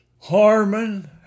Harmon